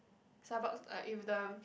Starbucks like if the